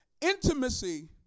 Intimacy